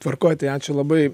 tvarkoj tai ačiū labai